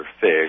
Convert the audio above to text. fish